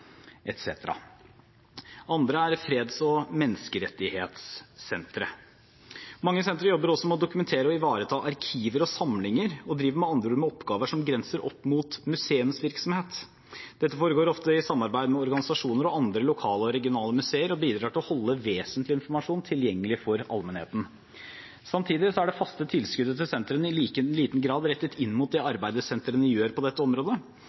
Andre er freds- og menneskerettighetssentre. Mange sentre jobber også med å dokumentere og ivareta arkiver og samlinger og driver med andre oppgaver som grenser opp mot museumsvirksomhet. Dette foregår ofte i samarbeid med organisasjoner og andre lokale og regionale museer og bidrar til å holde vesentlig informasjon tilgjengelig for allmennheten. Samtidig er det faste tilskuddet til sentrene i liten grad rettet inn mot det arbeidet sentrene gjør på dette området,